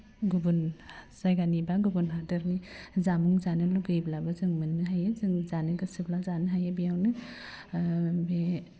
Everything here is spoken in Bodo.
गुबुन जायगानिबा गुबुन हादोरनि जामुं जानो लुगैब्लाबो जों मोननो हायो जों जानो गोसोब्ला जानो हायो बेयावनो ओह बे